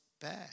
bad